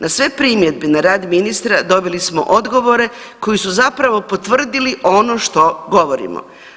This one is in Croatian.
Na sve primjedbe na rad ministra dobili smo odgovore koji su zapravo potvrdili ono što govorimo.